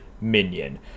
minion